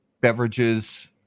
beverages